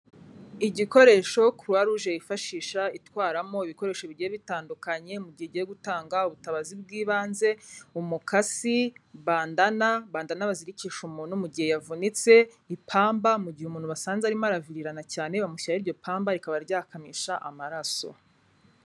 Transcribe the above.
Igikoresho Croix Rouge yifashisha itwaramo ibikoresho bigiye bitandukanye mu gihe igiye gutanga ubutabazi bw'ibanze, umukasi, bandana, bandana bazirikisha umuntu mu gihe yavunitse, ipamba mu gihe umuntu basanze arimo aravirirana cyane bamushyiraho iryo pamba rikaba ryakamisha amaraso.